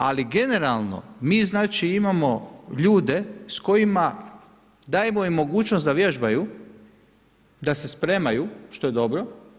Ali generalno, mi znači imamo ljude s kojima, dajemo im mogućnost da vježbaju, da se spremaju, što je dobro.